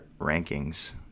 rankings